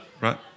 right